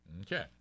Okay